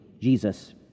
Jesus